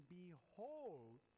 behold